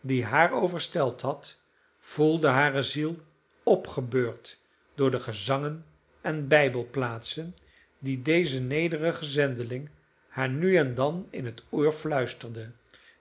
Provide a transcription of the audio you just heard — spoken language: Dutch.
die haar overstelpt had voelde hare ziel opgebeurd door de gezangen en bijbelplaatsen die deze nederige zendeling haar nu en dan in het oor fluisterde